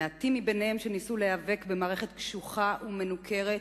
המעטים ביניהם שניסו להיאבק במערכת קשוחה ומנוכרת,